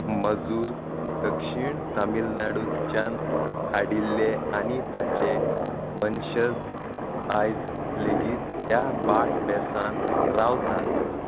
मजूर दक्षिण तामिलनाडूच्यान हाडिल्ले आनी तांचे वंशज आयज लेगीत ह्या भाटबेसांत रावतात